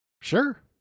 sure